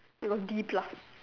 I got C plus